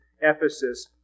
Ephesus